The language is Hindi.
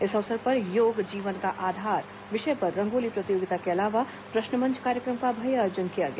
इस अवसर पर योग जीवन का आधार विषय पर रंगोली प्रतियोगिता के अलावा प्रश्न मंच कार्यक्रम का भी आयोजन किया गया